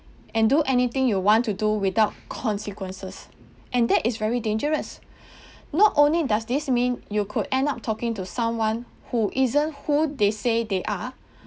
and do anything you want to do without consequences and that is very dangerous not only does this mean you could end up talking to someone who isn't who they say they are